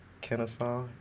Kennesaw